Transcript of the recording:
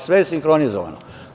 Sve je sinhronizovano.